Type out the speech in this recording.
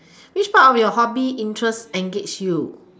which part of your hobby interest engage you